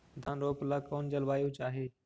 धान रोप ला कौन जलवायु चाही?